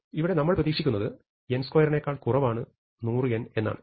ഇവിടെ നമ്മൾ പ്രതീക്ഷിക്കുന്നത് n2 നേക്കാൾ കുറവാണ് 100n എന്നാണ്